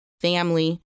family